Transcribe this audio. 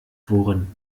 worin